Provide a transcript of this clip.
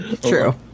True